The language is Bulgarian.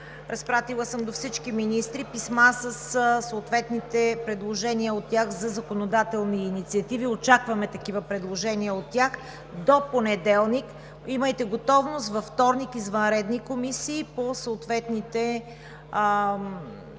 разпратила съм до всички министри писма със съответните предложения от тях за законодателни инициативи. Очакваме такива предложения от тях до понеделник. Имайте готовност във вторник за извънредни комисии по съответните